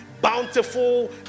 bountiful